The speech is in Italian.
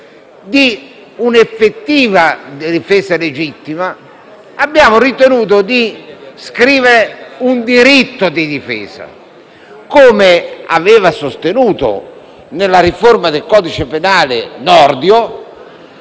di un'effettiva difesa legittima, abbiamo ritenuto di scrivere un diritto di difesa, come aveva sostenuto Nordio nella riforma del codice penale,